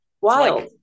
wild